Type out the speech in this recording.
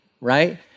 right